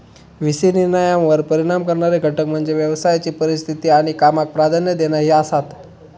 V C निर्णयांवर परिणाम करणारे घटक म्हणजे व्यवसायाची परिस्थिती आणि कामाक प्राधान्य देणा ही आसात